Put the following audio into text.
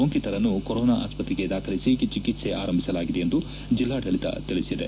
ಸೋಂಕಿತರನ್ನು ಕೊರೊನಾ ಆಸ್ಪತ್ರೆಗೆ ದಾಖಲಿಸಿ ಚಿಕಿತ್ಸೆ ಆರಂಭಿಸಲಾಗಿದೆ ಎಂದು ಜಿಲ್ಲಾಡಳಿತ ತಿಳಿಸಿದೆ